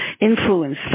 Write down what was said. influence